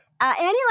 Annie